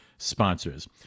sponsors